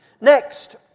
Next